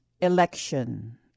election